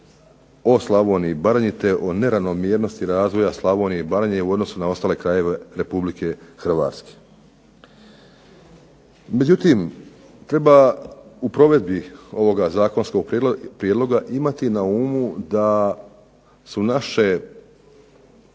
o Slavoniji i Baranji te o neravnomjernosti razvoja Slavonije i Baranje u odnosu na ostale krajeve Republike Hrvatske. Međutim, treba u provedbi ovoga zakonskog prijedloga imati na umu da su naše